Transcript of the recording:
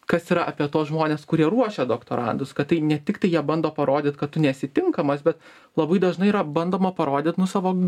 kas yra apie tuos žmones kurie ruošia doktorantus kad tai ne tik tai jie bando parodyt kad tu nesi tinkamas bet labai dažnai yra bandoma parodyt nu savo